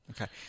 Okay